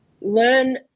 learn